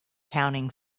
counting